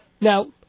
Now